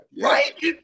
Right